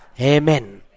Amen